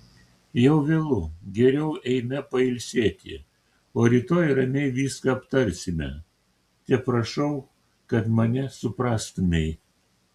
jau vėlu geriau eime pailsėti o rytoj ramiai viską aptarsime teprašau kad mane suprastumei